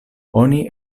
oni